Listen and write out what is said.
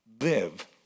Live